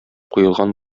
куелган